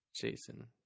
Jason